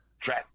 track